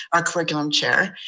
our curriculum chair,